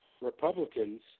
Republicans